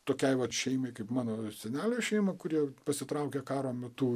tokiai šeimai kaip mano senelio šeima kurie pasitraukė karo metu